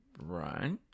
Right